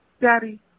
Daddy